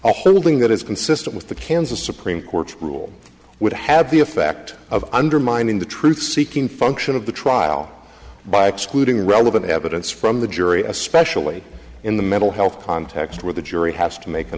a holding that is consistent with the kansas supreme court rule would have the effect of undermining the truth seeking function of the trial by excluding relevant evidence from the jury especially in the mental health context where the jury has to make an